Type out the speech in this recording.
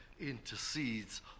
intercedes